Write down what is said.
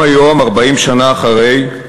גם היום, 40 שנה אחרי,